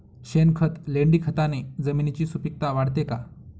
शेणखत, लेंडीखताने जमिनीची सुपिकता वाढते का?